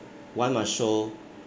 one must show